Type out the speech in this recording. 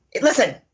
listen